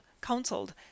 counseled